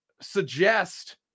suggest